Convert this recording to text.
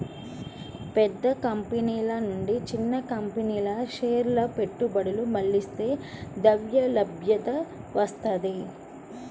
పెద్ద కంపెనీల నుంచి చిన్న కంపెనీలకు షేర్ల పెట్టుబడులు మళ్లిస్తే ద్రవ్యలభ్యత వత్తది